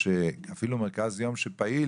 אפילו מרכז יום פעיל,